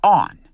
on